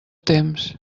temps